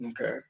Okay